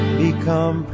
become